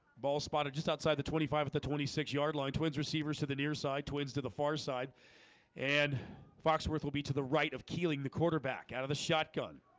ball spotted just outside the twenty five at the twenty six yard line twins receivers to the near side twins to the far side and foxworth will be to the right of kealing the quarterback out of the shotgun